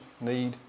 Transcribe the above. need